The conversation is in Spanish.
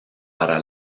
para